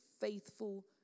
faithful